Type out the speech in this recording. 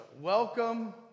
Welcome